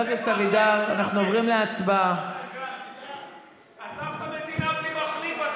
עזב את המדינה בלי מחליף.